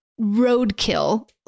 roadkill